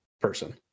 person